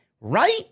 right